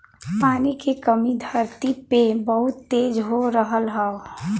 पानी के कमी धरती पे बहुत तेज हो रहल हौ